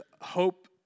hope